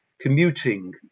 commuting